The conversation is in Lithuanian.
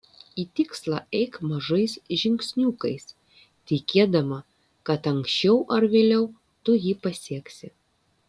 į tikslą eik mažais žingsniukais tikėdama kad anksčiau ar vėliau tu jį pasieksi